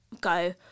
go